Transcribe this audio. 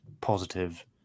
positive